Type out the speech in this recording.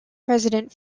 president